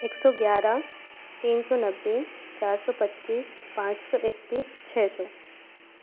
एक सौ ग्यारह तीन सौ नब्बे चार सौ पच्चीस पाँच सौ इकतीस छः सौ